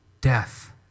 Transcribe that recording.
death